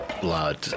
blood